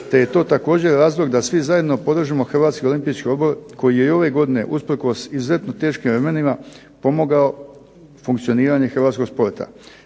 te je to također razlog da svi zajedno podržimo Hrvatski olimpijski odbor koji je i ove godine usprkos izuzetno teškim vremenima pomogao funkcioniranje hrvatskog sporta.